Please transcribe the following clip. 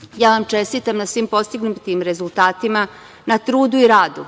Vučićem. Čestitam vam na svim postignutim rezultatima, na trudu i radu.